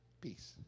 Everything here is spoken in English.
peace